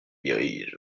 dirige